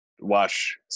watch